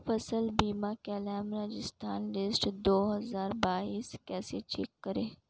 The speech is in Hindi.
फसल बीमा क्लेम राजस्थान लिस्ट दो हज़ार बाईस कैसे चेक करें?